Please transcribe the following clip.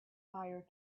fire